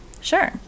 Sure